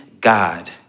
God